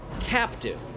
captive